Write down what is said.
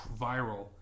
viral